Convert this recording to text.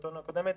מהכרותינו הקודמת,